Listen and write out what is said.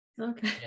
Okay